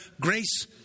grace